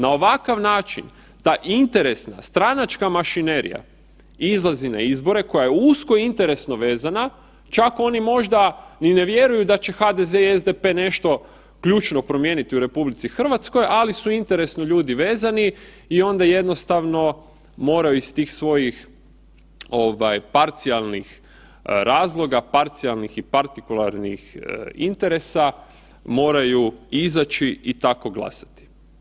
Na ovakav način ta interesna stranačka mašinerija izlazi na izbore koja je usko i interesno vezana čak oni možda i ne vjeruju da će HDZ i SDP nešto ključno promijeniti u RH, ali su interesno ljudi vezani i onda jednostavno moraju iz tih svojih ovaj parcijalnih razloga, parcijalnih i partikularnih interesa moraju izaći i tako glasati.